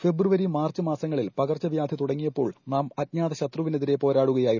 ഫെബ്രു വരി മാർച്ച് മാസങ്ങളിൽ പകർച്ചവ്യാധി തുടങ്ങിയപ്പോൾ നാം അജ്ഞാത ശത്രുവിനെതിരെ പോരാടുകയായിരുന്നു